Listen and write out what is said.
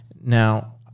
now